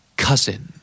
Cousin